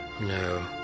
No